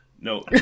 No